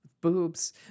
boobs